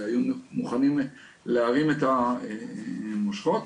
והיו מוכנים להרים את המושכות.